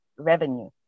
revenue